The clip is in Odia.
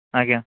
ଆଜ୍ଞା